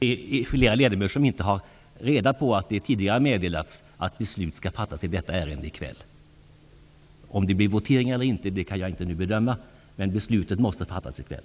Förlåt Ines Uusmann. Jag förstår att det är åtskilliga ledamöter som inte vet att det tidigare meddelats att beslut skall fattas i detta ärende i kväll. Om det blir votering eller inte kan jag inte nu bedöma, men beslutet måste fattas i kväll.